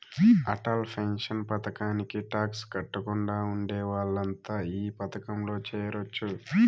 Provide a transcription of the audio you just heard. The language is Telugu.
అటల్ పెన్షన్ పథకానికి టాక్స్ కట్టకుండా ఉండే వాళ్లంతా ఈ పథకంలో చేరొచ్చు